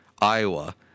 Iowa